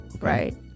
right